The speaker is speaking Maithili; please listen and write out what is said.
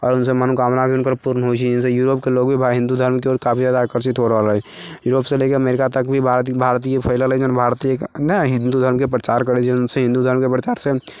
आओर ओहिसँ मनोकामना भी हुनकर पूर्ण होइ छै जिससे यूरोपके लोक भी हिन्दू धर्मके प्रति काफी ज्यादा आकर्षित हो रहल हइ यूरोपसँ लेकर अमेरिका तक भी भारतीय भारत फैलल अछि जौन भारतीय नहि हिन्दू धर्मके प्रचार करैत छै जिनसे हिन्दू धर्मके प्रचारसँ